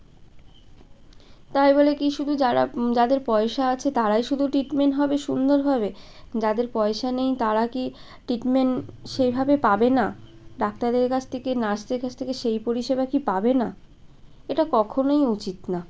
তাই বলে কি শুধু যারা যাদের পয়সা আছে তারাই শুদু ট্রিটমেন্ট হবে সুন্দরভাবে যাদের পয়সা নেই তারা কি ট্রিটমেন্ট সেইভাবে পাবে না ডাক্তারের কাছ থেকে নার্সদের কাছ থেকে সেই পরিষেবা কি পাবে না এটা কখনোই উচিত না